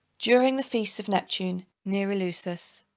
during the feasts of neptune, near eleusis,